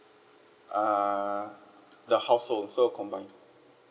uh the household it's all combined